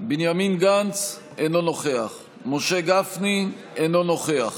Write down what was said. בנימין גנץ, אינו נוכח משה גפני, אינו נוכח